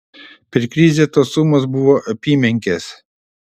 per krizę tos sumos buvo apymenkės